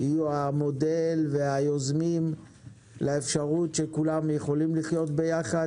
יהיו המודל והיוזמים לאפשרות שכולם יכולים לחיות ביחד